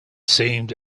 seemed